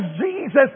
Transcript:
Jesus